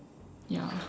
ya